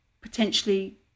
potentially